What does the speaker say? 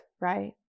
right